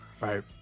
right